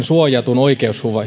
suojatun oikeushyvää